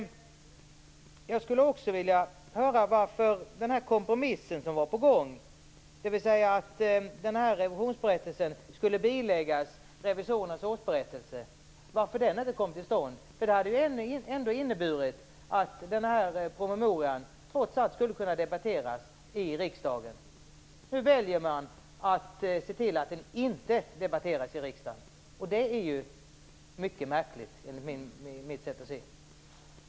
Jag skulle också vilja höra varför den kompromiss som var på gång, dvs. att denna revisionsberättelse skulle biläggas revisorernas årsberättelse, inte kom till stånd. Det hade ju inneburit att denna promemoria trots allt skulle kunna debatteras i riksdagen. Nu väljer man att se till att den inte debatteras i riksdagen, och det är mycket märkligt enligt mitt sätt att se.